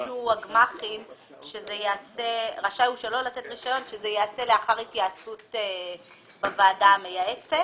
ביקשו הגמ"חים שזה ייעשה לאחר התייעצות בוועדה המייעצת.